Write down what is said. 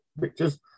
pictures